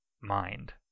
mind